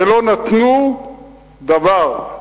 ולא נתנו דבר.